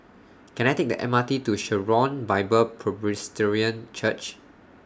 Can I Take The M R T to Sharon Bible Presbyterian Church